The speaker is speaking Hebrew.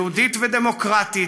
יהודית ודמוקרטית,